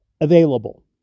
available